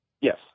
Yes